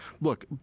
look